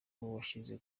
washyize